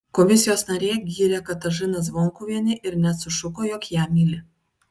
komisijos narė gyrė katažiną zvonkuvienę ir net sušuko jog ją myli